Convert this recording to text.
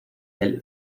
del